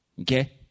Okay